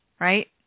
right